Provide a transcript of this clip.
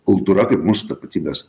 kultūra kaip mūsų tapatybės